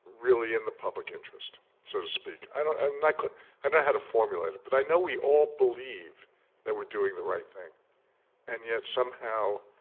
really in the public interest so to speak i don't i mean i quit and i had a formulated but i know we all believe that we're doing the right thing and yet somehow